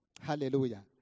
Hallelujah